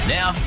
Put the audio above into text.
Now